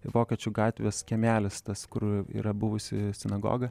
vokiečių gatvės kiemelis tas kur yra buvusi sinagoga